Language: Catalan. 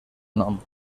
nom